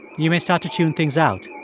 you may start to tune things out.